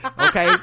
okay